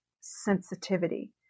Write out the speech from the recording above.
sensitivity